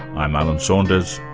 i'm alan saunders,